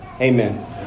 Amen